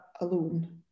alone